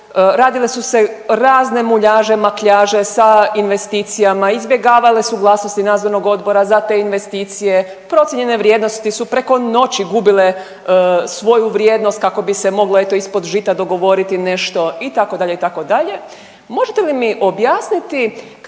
radile su se razne muljaže makljaže sa investicijama, izbjegavale suglasnosti nadzornog odbora za te investicije, procijenjene vrijednosti su preko noći gubile svoju vrijednost kako bi se moglo eto ispod žita dogovoriti nešto itd., itd. Možete li mi objasniti kako